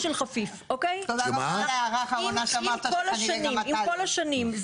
אם כל השנים,